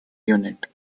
unit